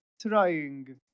trying